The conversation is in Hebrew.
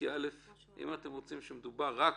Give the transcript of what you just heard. במילים פשוטות (א)